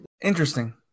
Interesting